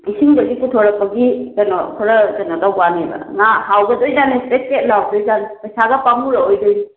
ꯏꯁꯤꯡꯗꯒꯤ ꯄꯨꯊꯣꯔꯛꯄꯒꯤ ꯀꯩꯅꯣ ꯈꯔ ꯀꯩꯅꯣ ꯇꯧꯕꯋꯥꯅꯦꯕ ꯉꯥ ꯍꯥꯎꯒꯗꯣꯏ ꯖꯥꯠꯅꯦ ꯆꯦꯠ ꯆꯦꯠ ꯂꯥꯎꯗꯣꯏꯖꯥꯠꯅꯦ ꯄꯩꯁꯥꯒ ꯄꯥꯃꯨꯔꯛꯑꯣꯏꯗꯣꯏꯅꯦ